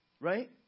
right